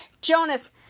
Jonas